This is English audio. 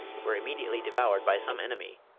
were immediately devoured by some enemy,